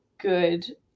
good